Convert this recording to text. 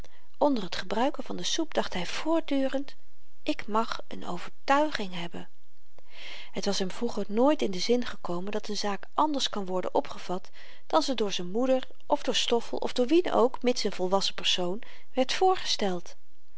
onder t gebruiken van de soep dacht hy voortdurend ik mag n overtuiging hebben het was hem vroeger nooit in den zin gekomen dat n zaak ànders kon worden opgevat dan ze door z'n moeder of door stoffel of door wien ook mits n volwassen persoon werd voorgesteld